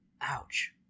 Ouch